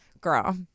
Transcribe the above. girl